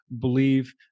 believe